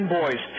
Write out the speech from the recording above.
boys